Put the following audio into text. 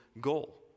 goal